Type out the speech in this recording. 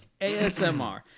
ASMR